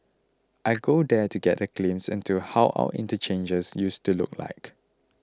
I go there to get a glimpse into how our interchanges used to look like